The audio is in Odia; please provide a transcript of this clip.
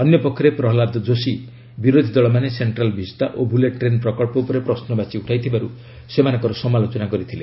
ଅନ୍ୟପକ୍ଷରେ ପ୍ରହଲ୍ଲାଦ ଯୋଶୀ ବିରୋଧି ଦଳମାନେ ସେଣ୍ଟ୍ରାଲ୍ ଭିସ୍ତା ଓ ବୁଲେଟ୍ ଟ୍ରେନ୍ ପ୍ରକଳ୍ପ ଉପରେ ପ୍ରଶୁବାଚୀ ଉଠାଇଥିବାରୁ ସେମାନଙ୍କର ସମାଲୋଚନା କରିଥିଲେ